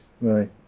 Right